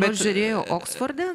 bet žiūrėjo oksforde